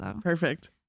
Perfect